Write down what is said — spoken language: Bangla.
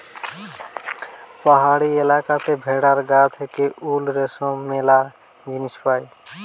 পাহাড়ি এলাকাতে ভেড়ার গা থেকে উল, রেশম ম্যালা জিনিস পায়